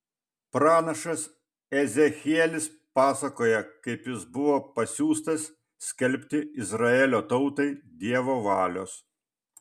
pranašas ezechielis pasakoja kaip jis buvo pasiųstas skelbti izraelio tautai dievo valios